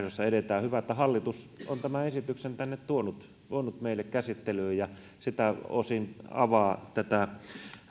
edetään hyvä että hallitus on tämän esityksen tänne tuonut meille käsittelyyn ja siltä osin avaa tätä